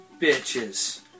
bitches